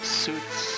suits